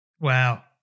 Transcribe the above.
Wow